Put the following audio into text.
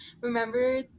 Remember